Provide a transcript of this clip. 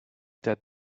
that